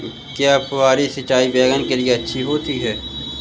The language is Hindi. क्या फुहारी सिंचाई बैगन के लिए अच्छी होती है?